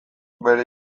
bere